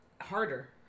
harder